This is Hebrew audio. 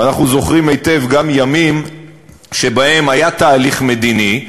ואנחנו זוכרים היטב גם ימים שבהם היה תהליך מדיני,